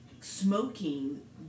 smoking